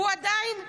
והוא עדיין דורש.